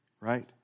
right